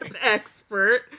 expert